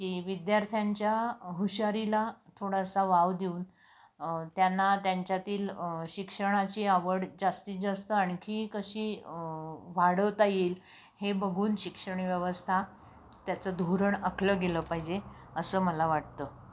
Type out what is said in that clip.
की विद्यार्थ्यांच्या हुशारीला थोडासा वाव देऊन त्यांना त्यांच्यातील शिक्षणाची आवड जास्तीत जास्त आणखी कशी वाढवता येईल हे बघून शिक्षण व्यवस्था त्याचं धोरण आखलं गेलं पाहिजे असं मला वाटतं